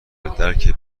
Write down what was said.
درک